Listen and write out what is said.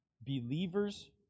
Believers